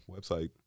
website